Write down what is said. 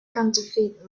counterfeit